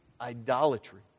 idolatry